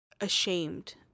ashamed